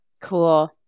Cool